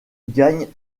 gagnent